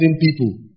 people